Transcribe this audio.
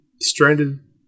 stranded